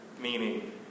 meaning